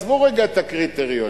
עזבו רגע את הקריטריונים.